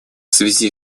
связи